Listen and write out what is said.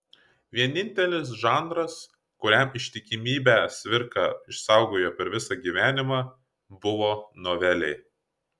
vienintelis žanras kuriam ištikimybę cvirka išsaugojo per visą gyvenimą buvo novelė